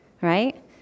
right